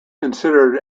considered